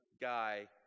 guy